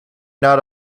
not